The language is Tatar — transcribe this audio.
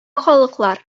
халыклар